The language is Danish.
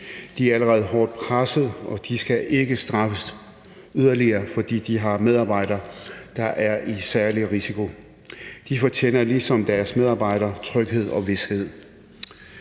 De er allerede hårdt presset, og de skal ikke straffes yderligere, fordi de har medarbejdere, der er i øget risiko. De fortjener ligesom deres medarbejdere tryghed og vished.